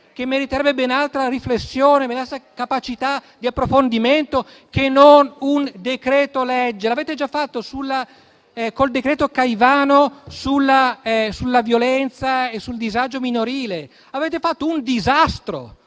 che meriterebbe ben altra riflessione e capacità di approfondimento, e non un decreto-legge. L'avete già fatto con il decreto-legge Caivano sulla violenza e sul disagio minorile. Avete fatto un disastro